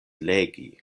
legi